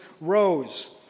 rose